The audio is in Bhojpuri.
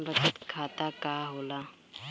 बचत खाता का होला?